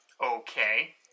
Okay